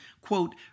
quote